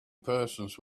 persons